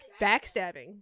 Backstabbing